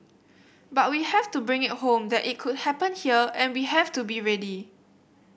but we have to bring it home that it could happen here and we have to be ready